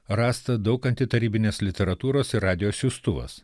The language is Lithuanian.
rasta daug antitarybinės literatūros ir radijo siųstuvas